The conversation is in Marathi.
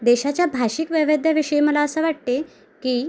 देशाच्या भाषिक वैविध्याविषयी मला असं वाटते की